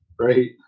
Right